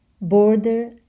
border